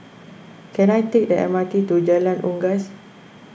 can I take the M R T to Jalan Unggas